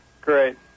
Great